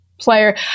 player